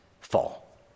fall